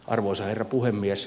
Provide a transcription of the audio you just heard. arvoisa herra puhemies